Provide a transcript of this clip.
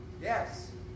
Yes